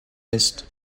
ist